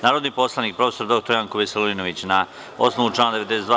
Narodni poslanik prof. dr Janko Veselinović na osnovu člana 92.